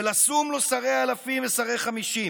ולשום לו שרי אלפים ושרי חמשים